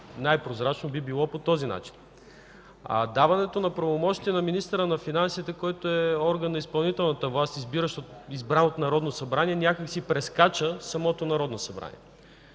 най-прозрачно би било по този начин. Даването на правомощия на министъра на финансите, който е орган на изпълнителната власт, избран от Народното събрание, някак си прескача самото Народно събрание.